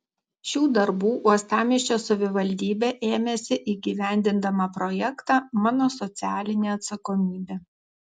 šių darbų uostamiesčio savivaldybė ėmėsi įgyvendindama projektą mano socialinė atsakomybė